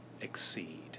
exceed